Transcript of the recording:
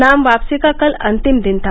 नाम वापसी का कल अंतिम दिन था